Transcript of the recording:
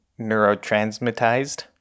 neurotransmitized